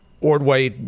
Ordway